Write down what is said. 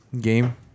game